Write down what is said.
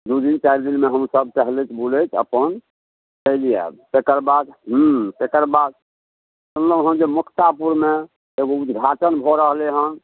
दू दिनमे चारि दिनमे हमसब टहलैत बुलैत अपन चलि आयब तकर बाद हूँ तकर बाद सुनलहुँ हन जे मुक्तापुरमे एगो उद्घाटन भऽ रहलै हन